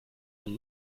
man